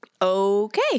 Okay